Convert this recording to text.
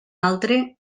altre